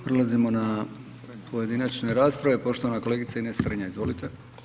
Prelazimo na pojedinačne rasprave, poštovana kolegica Ines Sternja, izvolite.